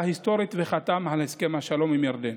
היסטורית וחתם על הסכם השלום עם ירדן.